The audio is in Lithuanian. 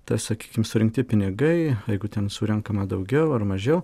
tas sakykime surinkti pinigai jeigu ten surenkama daugiau ar mažiau